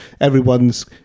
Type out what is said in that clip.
everyone's